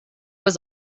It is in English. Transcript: was